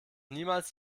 niemals